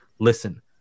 listen